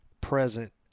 present